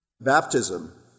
Baptism